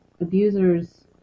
abusers